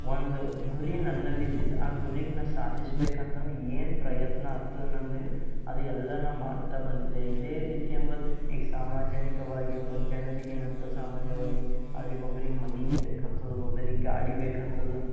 ಒಂದು ಗುರಿ ನನ್ನಲ್ಲಿ ಇದ್ದಿದ್ದು ಆ ಗುರಿಗೆ ನಾನು ಸಾಧಿಸಬೇಕು ಅಂತಂದು ಏನು ಪ್ರಯತ್ನ ಆಗ್ತದೆ ನನ್ನಲ್ಲಿಂದ ಅದು ಎಲ್ಲ ನಾ ಮಾಡ್ತಾ ಬಂದಿದೆ ಇದೇ ರೀತಿ ಎಂಬದು ಈಗ ಸಾಮಾಜನಿಕವಾಗಿ ಎಂಬದು ಜನರಿಗೆ ಏನಿರ್ತದೆ ಸಾಮಾನ್ಯವಾಗಿ ಅವ್ರಿಗೆ ಒಬ್ರಿಗೆ ಮನೀನೆ ಬೇಕಾಗ್ತದೆ ಒಬ್ರಿಗೆ ಗಾಡಿ ಬೇಕಾಗ್ತದೆ